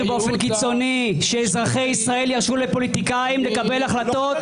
באופן קיצוני שאזרחי ישראל ירשו לפוליטיקאים לקבל החלטות